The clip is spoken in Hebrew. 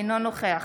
אינו נוכח